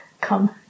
come